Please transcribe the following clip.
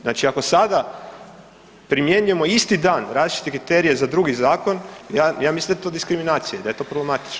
Znači ako sada primjenjujemo isti dan različite kriterije za drugi zakon, ja mislim da je to diskriminacija i da je to problematično.